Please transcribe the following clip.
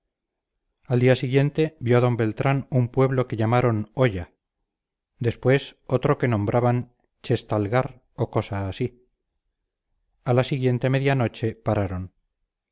al día siguiente vio d beltrán un pueblo que llamaban olla después otro que nombraban chestalgar o cosa así a la siguiente medianoche pararon